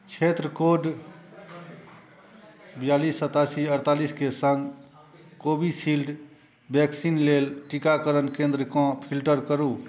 क्षेत्र कोड बियालीस सतासी अड़तालीस के संग कोविशील्ड वैक्सीन लेल टीकाकरण केंद्रके फ़िल्टर करु